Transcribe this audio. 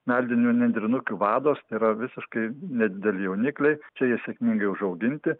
meldinių nendrinukių vados tai yra visiškai nedideli jaunikliai čia jie sėkmingai užauginti